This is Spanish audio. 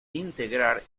integrar